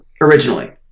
originally